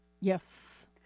Yes